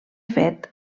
fet